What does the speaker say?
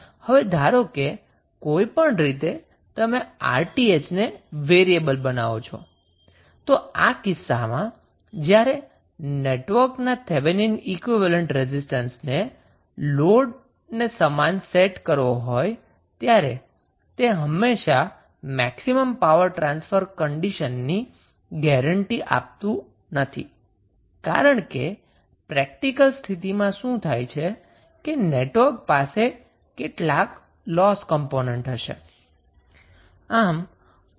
હવે ધારો કે કોઈ પણ રીતે તમે 𝑅𝑇ℎ ને વેરીએબલ બનાવો તો આ કિસ્સામાં જ્યારે તમારે નેટવકના થેવેનિન ઈક્વીવેલેન્ટ રેઝિસ્ટન્સને લોડને સમાન સેટ કરવો હોય ત્યારે તે હંમેશા મેક્સિમમ પાવર ટ્રાન્સફર કંડિશનની ગેરેંટી આપતું નથી કારણ કે પ્રેક્ટિકલ સ્થિતિમા શુ થાય છે કે નેટવર્ક પાસે પણ કેટલાક લોસ કમ્પોનન્ટ હશે